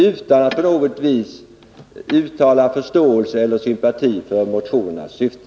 Vi uttalade inte på något vis förståelse eller sympati för motionernas syfte.